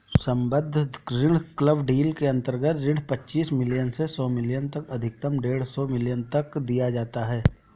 सम्बद्ध ऋण club deal के अंतर्गत ऋण पच्चीस मिलियन से सौ मिलियन तक अधिकतम डेढ़ सौ मिलियन तक दिया जाता है